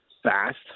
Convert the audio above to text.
Fast